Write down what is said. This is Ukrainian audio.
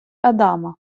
адама